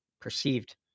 perceived